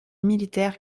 militaire